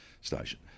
station